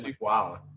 Wow